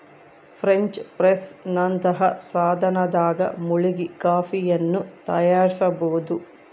French press ನಂತಹ ಸಾಧನದಾಗ ಮುಳುಗಿ ಕಾಫಿಯನ್ನು ತಯಾರಿಸಬೋದು